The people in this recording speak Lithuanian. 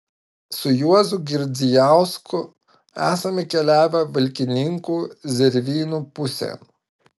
su juozu girdzijausku esame keliavę valkininkų zervynų pusėn